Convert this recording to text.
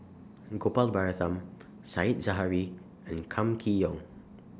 Gopal Baratham Said Zahari and Kam Kee Yong